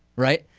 right?